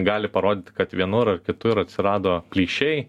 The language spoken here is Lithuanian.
gali parodyt kad vienur ar kitur atsirado plyšiai